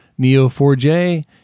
Neo4j